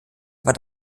war